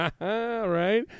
right